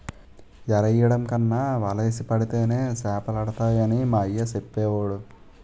ఎరెయ్యడం కన్నా వలేసి పడితేనే సేపలడతాయిరా అని మా అయ్య సెప్పేవోడు